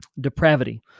Depravity